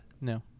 No